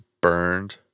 burned